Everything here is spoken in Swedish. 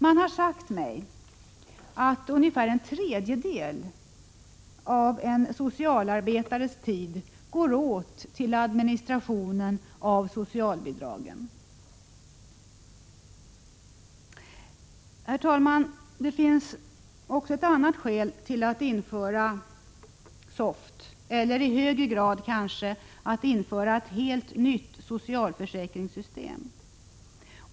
Man har sagt mig att ungefär en tredjedel av socialarbetarnas tid går åt till administration av socialbidragen. Herr talman! Det finns också ett annat skäl till att införa SOFT eller kanske ännu hellre ett helt nytt socialförsäkringssystem.